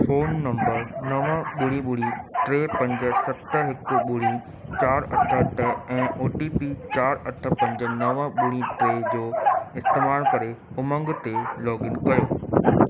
phone number नव ॿुड़ी ॿुड़ी टे पंज सत हिकु ॿुड़ी चार अठ अठ ऐं ओ टी पी चार अठ पंज नव ॿुड़ी टे जो इस्तेमालु करे उमंग ते लोगइन कयो